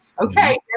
okay